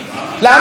לשיר את התקווה?